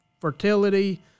fertility